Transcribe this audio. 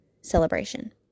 celebration